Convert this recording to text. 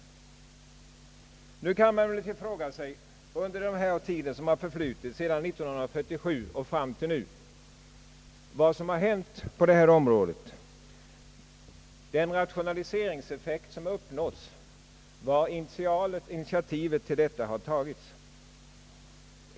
I dag kan man fråga sig vad som har hänt på detta område under den tid som förflutit sedan 1947. Vilken rationaliseringseffekt har uppnåtts och var har initiativet till rationaliseringen tagits?